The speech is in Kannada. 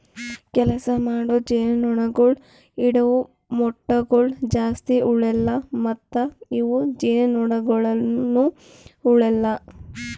ಕೆಲಸ ಮಾಡೋ ಜೇನುನೊಣಗೊಳ್ ಇಡವು ಮೊಟ್ಟಗೊಳ್ ಜಾಸ್ತಿ ಉಳೆಲ್ಲ ಮತ್ತ ಇವು ಜೇನುನೊಣಗೊಳನು ಉಳೆಲ್ಲ